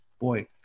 boy